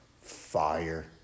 fire